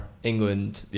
England